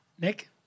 Nick